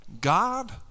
God